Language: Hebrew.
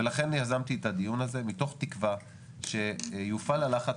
ולכן יזמתי את הדיון הזה מתוך תקווה שיופעל הלחץ